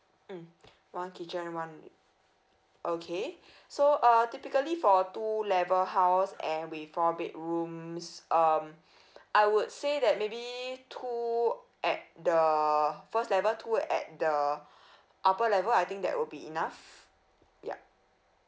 mm one kitchen one okay so uh typically for two level house and with four bedrooms um I would say that maybe two at the first level two at the upper level I think that will be enough ya